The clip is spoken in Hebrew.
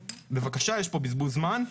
בבקשה, יש פה בזבוז זמן.